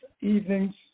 evening's